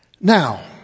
now